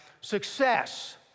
success